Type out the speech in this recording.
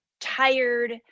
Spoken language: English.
tired